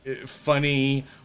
funny